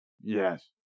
Yes